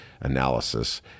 analysis